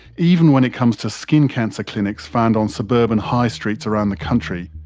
even when it comes to skin cancer clinics found on suburban high streets around the country,